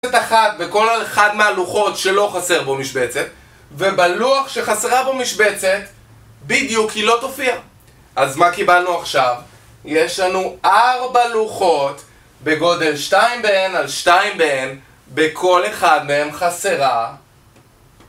אות אחת בכל אחד מהלוחות שלא חסר בו משבצת ובלוח שחסרה בו משבצת בדיוק היא לא תופיע, אז מה קיבלנו עכשיו? יש לנו ארבע לוחות בגודל שתיים בהן על שתיים בהן בכל אחד מהן חסרה